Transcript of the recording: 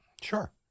Sure